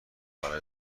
برای